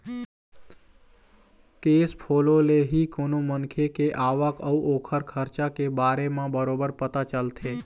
cash follow ले ही कोनो मनखे के आवक अउ ओखर खरचा के बारे म बरोबर पता चलथे